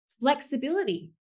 flexibility